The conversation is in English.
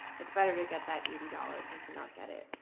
it's better to get that eighty dollars than to not get it.